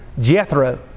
Jethro